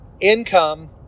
income